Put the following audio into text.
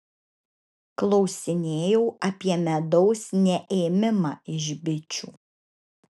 klausinėjau apie medaus neėmimą iš bičių